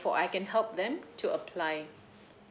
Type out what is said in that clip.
for I can help them to apply